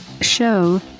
show